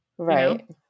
Right